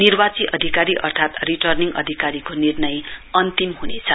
निर्वाची अधिकारी अथात् रिटर्निङ अधिकारीको निर्णय अन्तिम ह्नेछ